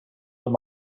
that